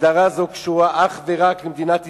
הגדרה זו קשורה אך ורק למדינת ישראל,